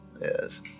yes